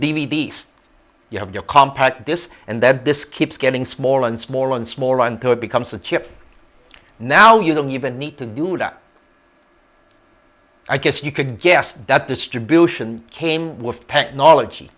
d s you have your compact this and that this keeps getting smaller and smaller and smaller until it becomes a chip now you don't even need to do that i guess you could guess that distribution came with technology